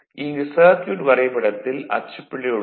இங்கு சர்க்யூட் வரைபடத்தில் அச்சுப் பிழை உள்ளது